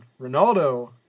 Ronaldo